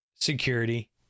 security